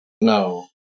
no